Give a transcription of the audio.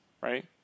right